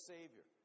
Savior